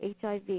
HIV